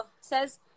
says